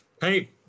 Hey